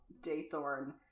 daythorn